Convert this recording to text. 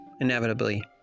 inevitably